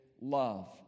love